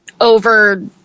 over